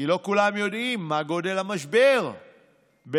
כי לא כולם יודעים מה גודל המשבר במיליארדים,